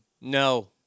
No